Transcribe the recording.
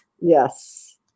Yes